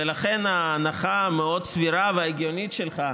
ולכן ההנחה המאוד-סבירה וההגיונית שלך,